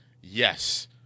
yes